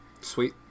Sweet